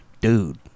Dude